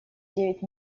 девять